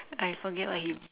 I forget what he